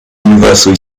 universal